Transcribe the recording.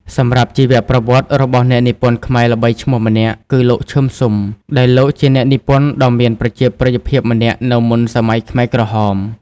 សម្រាប់ជីវប្រវត្តិរបស់អ្នកនិពន្ធខ្មែរល្បីឈ្មោះម្នាក់គឺលោក ឈឹម ស៊ុម ដែលលោក ជាអ្នកនិពន្ធដ៏មានប្រជាប្រិយភាពម្នាក់នៅមុនសម័យខ្មែរក្រហម។